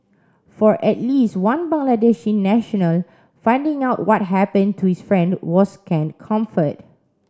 for at least one Bangladeshi national finding out what happened to his friend was scant comfort